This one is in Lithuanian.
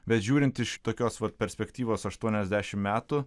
bet žiūrint iš tokios pat perspektyvos aštuoniasdešimt metų